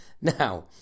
Now